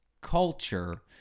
culture